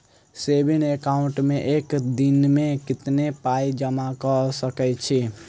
Saving account मे एक दिनमे कतेक पाई जमा कऽ सकैत छी?